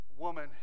Woman